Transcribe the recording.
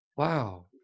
wow